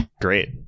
Great